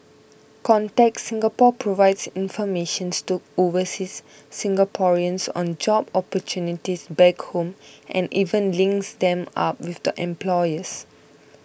contact Singapore provides informations to overseas Singaporeans on job opportunities back home and even links them up with employers